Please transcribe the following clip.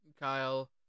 Kyle